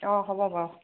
অঁ হ'ব বাৰু